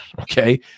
Okay